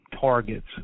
targets